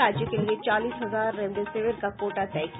राज्य के लिए चालीस हजार रेमडेसिविर का कोटा तय किया